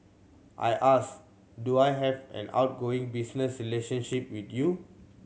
I asked do I have an ongoing business relationship with you